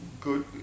Good